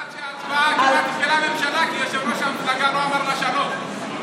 בתור אחת שכמעט הפילה ממשלה כי יושב-ראש המפלגה לא אמר לה שלום.